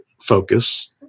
focus